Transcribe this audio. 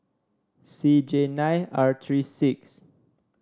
C J nine R three six